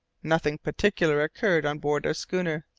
nothing particular occurred on board our schooner.